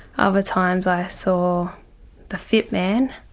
other times i saw the fit man.